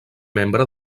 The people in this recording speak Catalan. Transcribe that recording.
membre